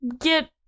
get